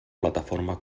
plataforma